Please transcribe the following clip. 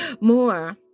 more